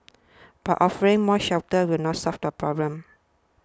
but offering more shelters will not solve the problem